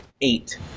eight